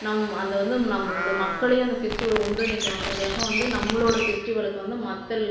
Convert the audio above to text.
நம் அதை வந்து நம்ளோட மக்களையும் அந்த ஃபெஸ்ட்டிவல் ஒன்றிணைக்கணுன்றதுக்காக வந்து நம்ளோட ஃபெஸ்ட்டிவல்க்கு வந்து மற்ற